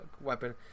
weapon